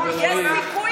יש גם סיכוי